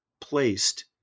placed